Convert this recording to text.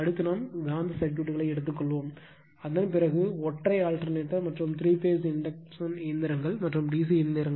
அடுத்து நாம் காந்த சர்க்யூட்களை எடுத்துக் கொள்வோம் அதன் பிறகு ஒற்றை ஆல்டெர்னேட்டர் மற்றும் த்ரீ பேஸ் இண்டக்சன் இயந்திரங்கள் மற்றும் DC இயந்திரங்கள்